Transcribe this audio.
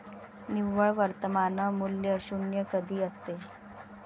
निव्वळ वर्तमान मूल्य शून्य कधी असते?